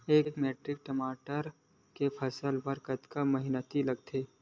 एक मैट्रिक टमाटर के फसल बर कतका मेहनती लगथे?